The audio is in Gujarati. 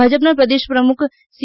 ભાજપના પ્રદેશ પ્રમુખ સી